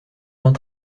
vingt